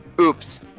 Oops